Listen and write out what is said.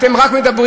אתם רק מדברים.